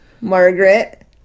Margaret